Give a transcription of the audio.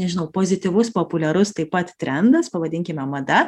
nežinau pozityvus populiarus taip pat trendas pavadinkime mada